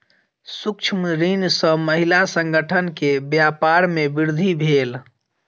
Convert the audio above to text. सूक्ष्म ऋण सॅ महिला संगठन के व्यापार में वृद्धि भेल